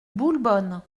boulbonne